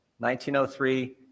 1903